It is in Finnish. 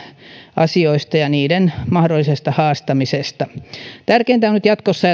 asioista ja niiden mahdollisesta haastamisesta tärkeintä on nyt jatkossa